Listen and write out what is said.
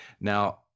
Now